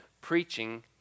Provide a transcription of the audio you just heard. preaching